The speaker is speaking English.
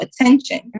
attention